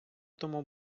тому